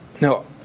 No